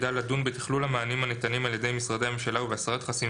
שתפקידה לדון בתכלול המענים הניתנים על ידי משרדי הממשלה ובהסרת חסמים